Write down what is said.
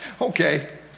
Okay